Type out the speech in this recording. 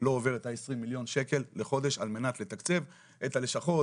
לא עובר את ה-20 מיליון שקל בחודש על מנת לתקצב את הלשכות,